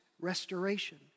restoration